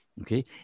Okay